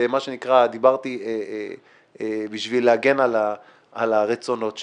דיברתי בשביל להגן על הרצונות שלו: